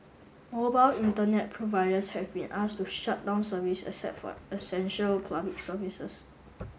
Mobile Internet providers have been asked to shut down service except for essential public services